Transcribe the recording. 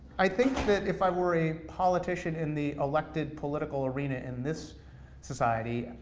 i think that if i were a politician in the elected political arena in this society,